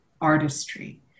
artistry